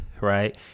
right